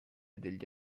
degli